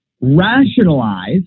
rationalize